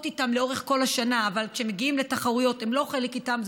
איתם לאורך כל השנה אבל כשמגיעים לתחרויות הן לא איתם,